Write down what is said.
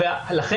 הוא עונה על שאלה.